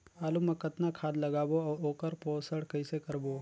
आलू मा कतना खाद लगाबो अउ ओकर पोषण कइसे करबो?